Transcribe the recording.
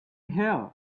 here